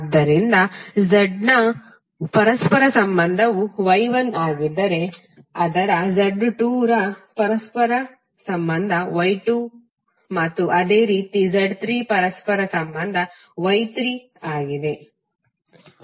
ಆದ್ದರಿಂದ Z1 ನ ಪರಸ್ಪರ ಸಂಬಂಧವು Y1 ಆಗಿದ್ದರೆ ಅದರ Z2 ಸಂಬಂಧವು ಪರಸ್ಪರ Y2 ಮತ್ತು ಅದೇ ರೀತಿ Z3 ಪರಸ್ಪರ ಸಂಬಂಧವು Y3 ಆಗಿದೆ